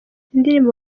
indirimbo